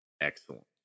excellent